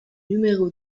numéro